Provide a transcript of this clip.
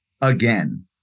again